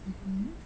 mmhmm